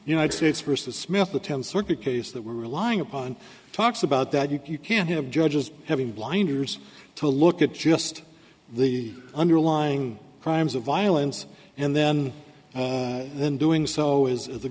united states versus smith the tenth circuit case that we're relying upon talks about that you can have judges having blinders to look at just the underlying crimes of violence and then in doing so is the